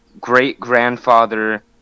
great-grandfather